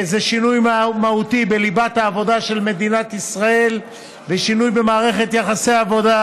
זה שינוי מהותי בליבת העבודה של מדינת ישראל ושינוי במערכת יחסי העבודה.